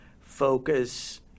focus